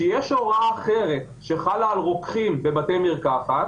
שיש הוראה אחרת שחלה על רוקחים בבתי מרקחת